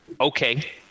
okay